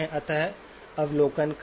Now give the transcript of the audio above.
अतः अवलोकन करें